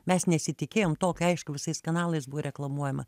mes nesitikėjom tokio aišku visais kanalais buvo reklamuojama